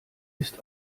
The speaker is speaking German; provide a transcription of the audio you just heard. ist